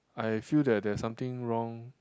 I feel that there is something wrong